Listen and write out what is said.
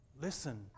Listen